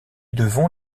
devons